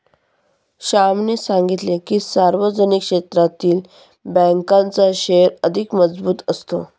श्यामने सांगितले की, सार्वजनिक क्षेत्रातील बँकांचा शेअर अधिक मजबूत असतो